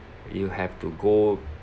you have to go